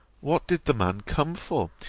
what did the man come for,